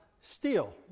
steel